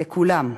לכולם.